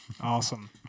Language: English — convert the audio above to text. Awesome